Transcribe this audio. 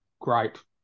great